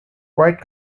quite